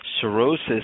Cirrhosis